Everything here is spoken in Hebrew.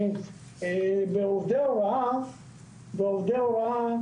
ננסה לעשות סדר לגבי הכיתה הירוקה,